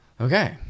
okay